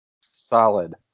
Solid